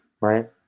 right